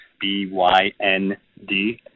B-Y-N-D